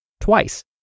twice